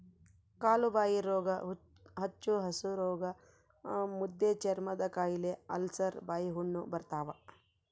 ಕಾಲುಬಾಯಿರೋಗ ಹುಚ್ಚುಹಸುರೋಗ ಮುದ್ದೆಚರ್ಮದಕಾಯಿಲೆ ಅಲ್ಸರ್ ಬಾಯಿಹುಣ್ಣು ಬರ್ತಾವ